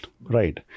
right